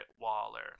waller